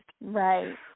Right